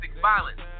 violence